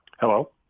Hello